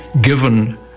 given